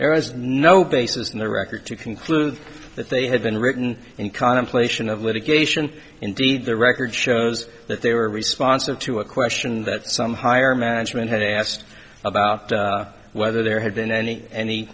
there is no basis in the record to conclude that they had been written in contemplation of litigation indeed the record shows that they were response of to a question that some higher management had asked about whether there had been any any